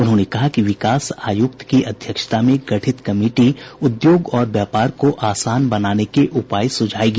उन्होंने कहा कि विकास आयुक्त की अध्यक्षता में गठित कमिटी उद्योग और व्यापार को आसान बनाने के उपाय सुझायेगी